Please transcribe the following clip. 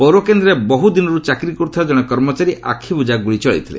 ପୌରକେନ୍ଦ୍ରରେ ବହୁ ଦିନରୁ ଚାକିରି କରୁଥିବା ଜଣେ କର୍ମଚାରୀ ଆଖିବୁଜା ଗୁଳି ଚଳାଇଥିଲେ